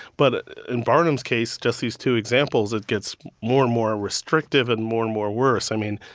but in barnum's case, just these two examples, it gets more and more restrictive and more and more worse. i mean,